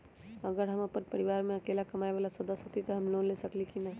अगर हम अपन परिवार में अकेला कमाये वाला सदस्य हती त हम लोन ले सकेली की न?